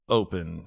open